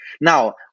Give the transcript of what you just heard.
now